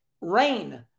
rain